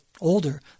older